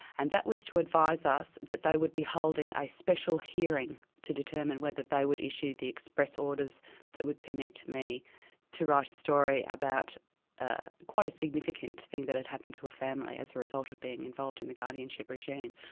and that was to advise us that they would be holding a special hearing to determine whether they would issue the express orders that would permit me to write a story about quite a significant thing that had happened to a family as a result of being involved in the guardianship regime.